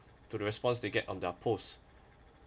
to the response to get on their posts